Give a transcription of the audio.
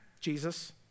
Jesus